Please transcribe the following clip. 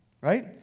right